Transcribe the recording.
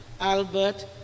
Albert